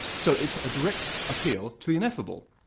so it's a direct appeal to the ineffable.